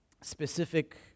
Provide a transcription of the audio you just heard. specific